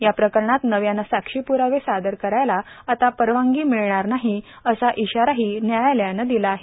या प्रकरणात नव्यानं साक्षीप्रावे सादर करायला आता परवानगी मिळणार नाही असा इशाराही न्यायालयानं दिला आहे